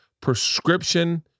prescription